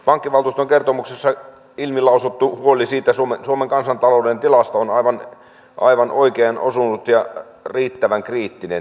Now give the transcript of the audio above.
pankkivaltuuston kertomuksessa ilmilausuttu huoli siitä suomen kansantalouden tilasta on aivan oikeaan osunut ja riittävän kriittinen